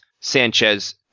Sanchez